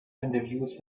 interviews